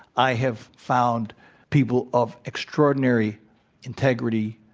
i have found people of extraordinary integrity.